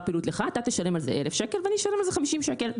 אתה תשלם על זה 1,000 שקל ואני אשלם על זה 50 שקל,